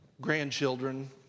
grandchildren